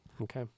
okay